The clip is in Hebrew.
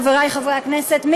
חברי הכנסת.